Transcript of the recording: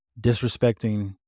disrespecting